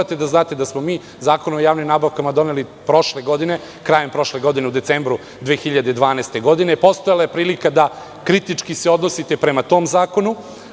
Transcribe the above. da smo mi Zakon o javnim nabavkama doneli krajem prošle godine, u decembru 2012. godine. Postojala je prilika da se kritički odnosite prema tom